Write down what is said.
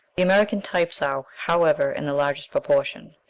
the american types are, however, in the largest proportion.